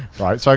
right? so